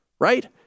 Right